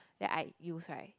then I use right